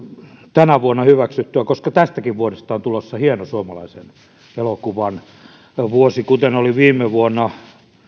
tänä vuonna hyväksyttyä koska tästäkin vuodesta on tulossa hieno suomalaisen elokuvan vuosi kuten oli viime vuonna